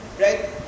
right